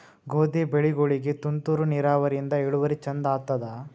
ಗೋಧಿ ಬೆಳಿಗೋಳಿಗಿ ತುಂತೂರು ನಿರಾವರಿಯಿಂದ ಇಳುವರಿ ಚಂದ ಆತ್ತಾದ?